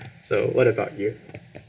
so what about you